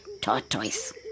tortoise